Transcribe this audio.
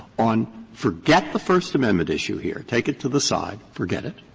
on forget the first amendment issue here. take it to the side. forget it.